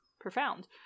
profound